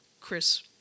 Chris